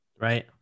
right